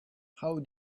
how